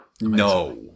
No